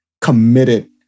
committed